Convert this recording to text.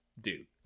dude